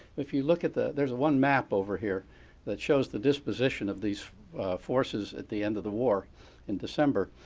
if you look at the, there's one map over here that shows the disposition of these forces at the end of the war in december.